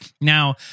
Now